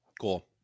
Cool